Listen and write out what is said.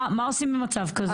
מה עושים במצב כזה?